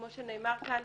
כמו שנאמר כאן,